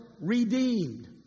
redeemed